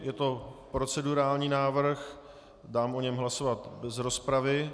Je to procedurální návrh, dám o něm hlasovat bez rozpravy.